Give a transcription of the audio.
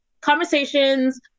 conversations